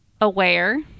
aware